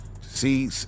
see